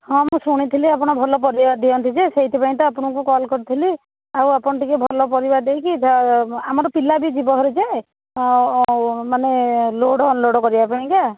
ହଁ ମୁଁ ଶୁଣିଥିଲି ଆପଣ ଭଲ ପରିବା ଦିଅନ୍ତି ଯେ ସେଇଥିପାଇଁ ତ ଆପଣଙ୍କୁ କଲ୍ କରିଥିଲି ଆଉ ଆପଣ ଟିକିଏ ଭଲ ପରିବା ଦେଇକି ଯାହା ଆମର ପିଲା ବି ଯିବ ଭାରି ଯେ ମାନେ ଲୋଡ଼୍ ଅନଲୋଡ଼୍ କରିବା ପାଇଁକା